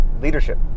leadership